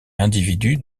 individus